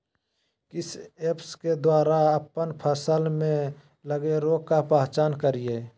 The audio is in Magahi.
किस ऐप्स के द्वारा अप्पन फसल में लगे रोग का पहचान करिय?